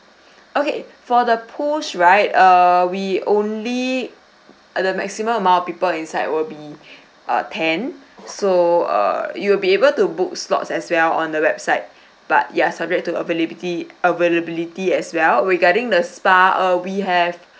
okay for the pools right err we only at the maximum amount of people inside will be uh ten so err you will be able to book slots as well on the website but ya subject to availability as well regarding the spa uh we have